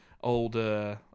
old